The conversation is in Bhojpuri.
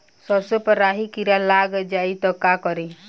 सरसो पर राही किरा लाग जाई त का करी?